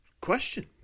question